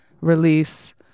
release